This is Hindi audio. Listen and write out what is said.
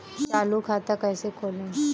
चालू खाता कैसे खोलें?